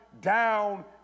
down